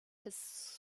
his